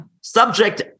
Subject